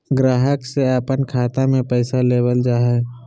ग्राहक से अपन खाता में पैसा लेबल जा हइ